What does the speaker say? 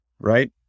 right